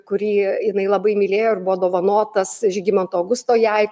kurį jinai labai mylėjo ir buvo dovanotas žygimanto augusto jai